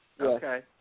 Okay